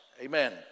Amen